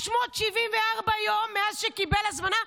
574 יום מאז שקיבל הזמנה,